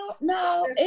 no